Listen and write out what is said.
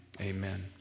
amen